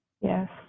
Yes